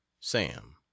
sam